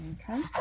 Okay